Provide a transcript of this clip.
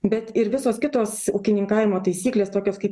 bet ir visos kitos ūkininkavimo taisyklės tokios kaip